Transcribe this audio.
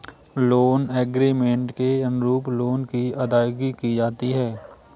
loan agreement के अनुरूप loan की अदायगी की जाती है